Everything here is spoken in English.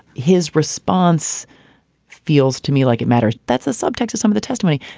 his response feels to me like it matters. that's a subtext of some of the testimony.